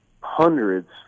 hundreds